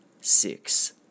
six